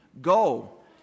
go